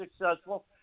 successful